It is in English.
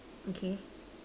okay